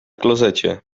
klozecie